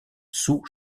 sou